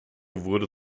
wurde